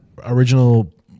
original